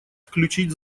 включить